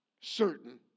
Certain